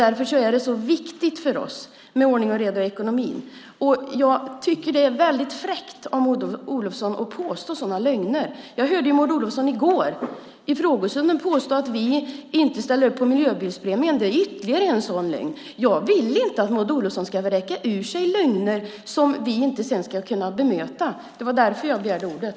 Därför är det så viktigt för oss med ordning och reda i ekonomin. Jag tycker att det är väldigt fräckt av Maud Olofsson att komma med sådana lögner. Jag hörde Maud Olofsson i går i frågestunden påstå att vi inte ställer upp på miljöbilspremien. Det är ytterligare en sådan lögn. Jag vill inte att Maud Olofsson ska vräka ur sig lögner som vi sedan inte ska kunna bemöta. Det var därför jag begärde ordet.